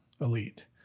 elite